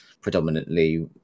predominantly